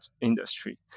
industry